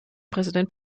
präsident